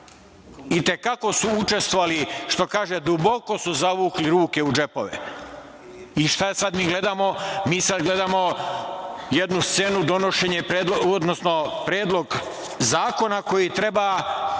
i te kako su učestvovali. Duboko su zavukli ruke u džepove. I, šta sada mi gledamo? Mi sada gledamo jednu scenu donošenja predloga zakona koji treba